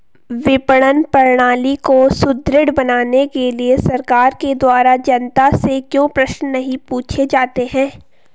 विपणन प्रणाली को सुदृढ़ बनाने के लिए सरकार के द्वारा जनता से क्यों प्रश्न नहीं पूछे जाते हैं?